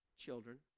children